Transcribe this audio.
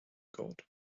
god